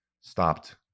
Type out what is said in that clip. stopped